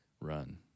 run